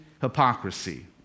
hypocrisy